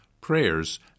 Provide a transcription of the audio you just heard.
prayers